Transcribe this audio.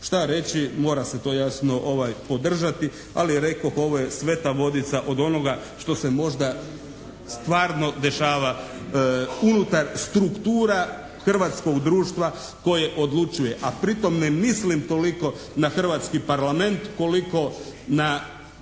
Šta reći? Mora se to jasno podržati. Ali rekoh, ovo je sveta vodica od onoga što se možda stvarno dešava unutar struktura hrvatskog društva koje odlučuje, a pri tome ne mislim toliko na hrvatski Parlament koliko na ova